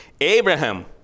Abraham